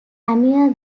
amir